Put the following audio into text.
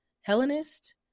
Hellenist